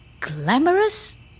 glamorous